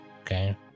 okay